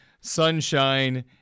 sunshine